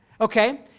Okay